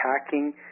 attacking